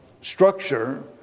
structure